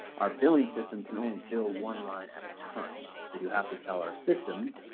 our billing system can only bill one line at a time. so you have to tell our system,